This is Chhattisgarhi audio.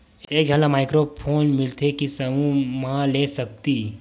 एक झन ला माइक्रो लोन मिलथे कि समूह मा ले सकती?